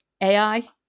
AI